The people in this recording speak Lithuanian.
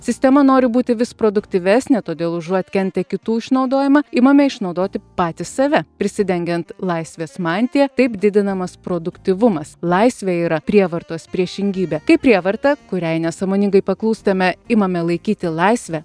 sistema nori būti vis produktyvesnė todėl užuot kentę kitų išnaudojimą imame išnaudoti patys save prisidengiant laisvės mantija taip didinamas produktyvumas laisvė yra prievartos priešingybė kai prievartą kuriai nesąmoningai paklūstame imame laikyti laisve